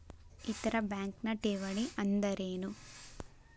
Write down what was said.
ಇತರ ಬ್ಯಾಂಕ್ನ ಠೇವಣಿ ಅನ್ದರೇನು?